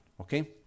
Okay